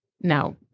now